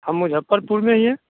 हम मुज़फ़्फ़रपुर में ही हैं